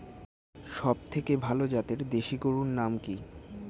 সবথেকে ভালো জাতের দেশি গরুর নাম কি?